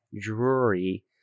Drury